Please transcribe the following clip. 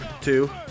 two